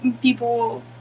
people